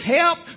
help